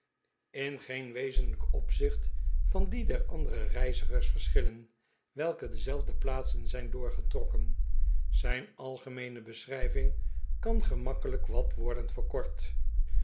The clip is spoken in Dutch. in geen wezenlijk opzicht van die der andere reizigers verschillen welke dezelfde plaatsen zijn doorgetrokken zijn algemeene beschrijving kan gernakkelijk wat worden verkort